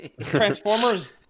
Transformers